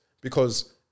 because-